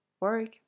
work